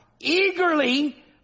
Eagerly